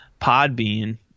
Podbean